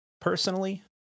personally